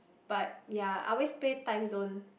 but ya I always play Timezone